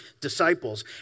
disciples